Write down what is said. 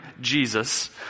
Jesus